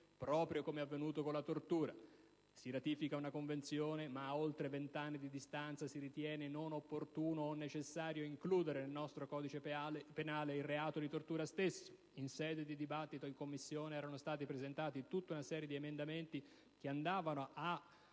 infatti, è avvenuto che è stata ratificata una Convenzione, ma ad oltre 20 anni di distanza si ritiene non opportuno o non necessario includere nel nostro codice penale il reato di tortura. In sede di dibattito in Commissione erano stati presentati una serie di emendamenti che andavano a